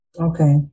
Okay